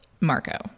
Marco